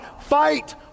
Fight